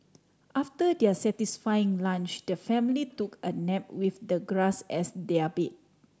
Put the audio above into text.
after their satisfying lunch the family took a nap with the grass as their bed